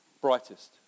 brightest